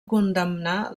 condemnar